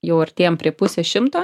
jau artėjam prie pusės šimto